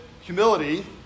humility